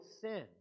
sin